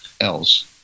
else